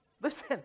Listen